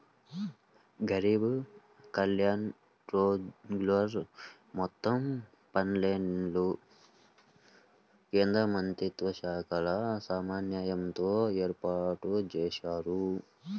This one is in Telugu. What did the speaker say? గరీబ్ కళ్యాణ్ రోజ్గర్ మొత్తం పన్నెండు కేంద్రమంత్రిత్వశాఖల సమన్వయంతో ఏర్పాటుజేశారు